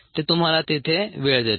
ते तुम्हाला तिथे वेळ देते